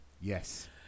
Yes